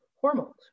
hormones